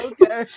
Okay